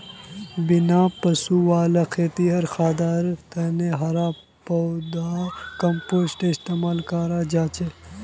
बिना पशु वाला खेतित खादर तने हरा पौधार कम्पोस्ट इस्तेमाल कराल जाहा